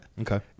okay